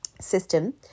system